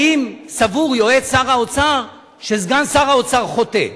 האם סבור יועץ שר האוצר שסגן שר האוצר חוטא?